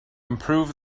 improve